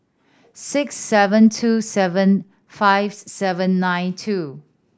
six seven two seven five seven nine two